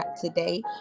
today